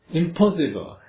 impossible